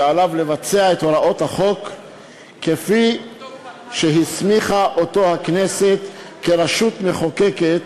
שעליו לבצע את הוראות החוק כפי שהסמיכה אותו הכנסת כרשות מחוקקת.